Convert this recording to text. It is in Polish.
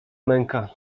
męka